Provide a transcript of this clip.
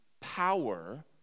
power